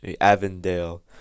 avondale